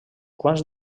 quants